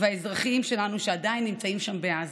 והאזרחים שלנו שעדיין נמצאים שם בעזה.